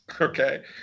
okay